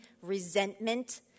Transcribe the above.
resentment